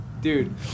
Dude